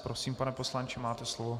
Prosím, pane poslanče, máte slovo.